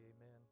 Amen